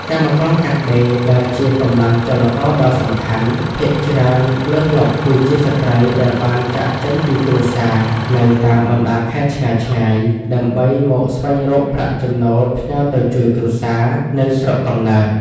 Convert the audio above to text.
កម្មករកាត់ដេរដែលជាកម្លាំងចលករដ៏សំខាន់ ភាគច្រើនលើសលប់គឺជាស្ត្រីដែលបានចាកចេញពីគ្រួសារនៅតាមបណ្តាខេត្តឆ្ងាយៗ ដើម្បីមកស្វែងរកប្រាក់ចំណូលផ្ញើទៅជួយគ្រួសារនៅស្រុកកំណើត។